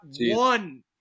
one